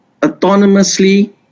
autonomously